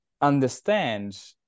understand